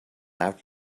out